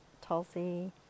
tulsi